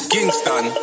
Kingston